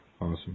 Awesome